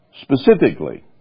specifically